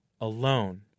alone